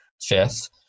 Fifth